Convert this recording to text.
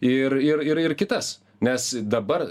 ir ir ir ir kitas nes dabar